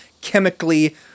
Chemically